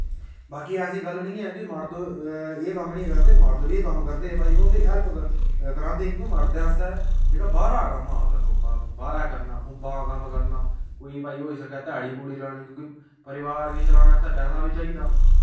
बाकी ऐसी गल्ल नी ऐ कि मर्द एह् कम्म नी करदे मर्द बी एह् कम्म करदे भाई उं'दी हैल्प करांदे क्योंकि मर्दें आस्तै जेह्का बाह्र आह्ला कम्म हा उसलै सौंपा भाई बाह्रा करना खुम्बा दा कम्म करना कोई भाई होई सकै ध्याड़ी ध्यूड़ी लानी क्योंकि परिवार गी चलाने आस्तै पैसा बी चाहिदा